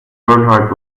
bernhard